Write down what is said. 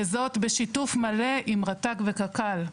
וזאת בשיתוף מלא עם רט"ג וקק"ל.